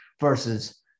versus